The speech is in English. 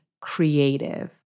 creative